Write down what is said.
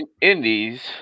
indies